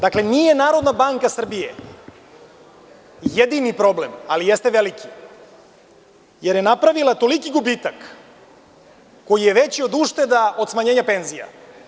Dakle, nije Narodna banka Srbije jedini problem, ali jeste veliki, jer je napravila toliki gubitak koji je veći od ušteda od smanjenja penzija.